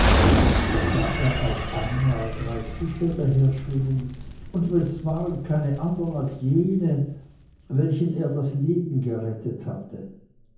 da sah er auf einmal drei fische daherschwimmen und es waren keine andern als jene welchen er das leben gerettet hatte